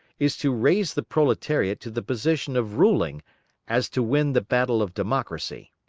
is to raise the proletariat to the position of ruling as to win the battle of democracy.